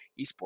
esports